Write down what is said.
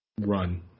run